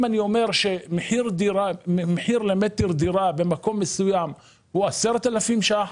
אם אני אומר שמחיר למטר דירה במקום מסוים הוא 10,000 שקלים,